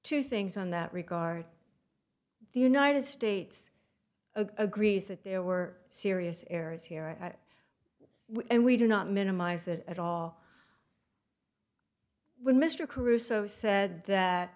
two things on that regard the united states agrees that there were serious errors here and and we do not minimize it at all when mr caruso said that